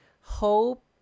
hope